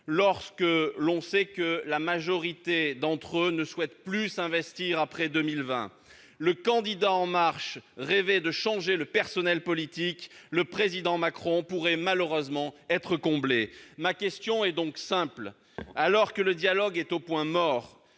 lorsqu'on sait que la majorité d'entre eux ne souhaitent plus s'investir après 2020. Le candidat En Marche rêvait de changer le personnel politique, le Président Macron pourrait, malheureusement, être comblé ! Ma question est donc simple : alors que le dialogue est au point mort